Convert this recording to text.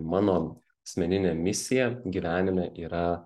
mano asmeninė misija gyvenime yra